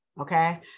Okay